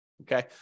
Okay